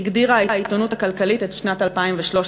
הגדירה העיתונות הכלכלית את שנת 2013,